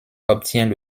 obtient